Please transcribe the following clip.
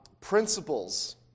principles